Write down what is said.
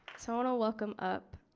so i want to welcome up